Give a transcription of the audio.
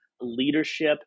leadership